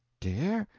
dare?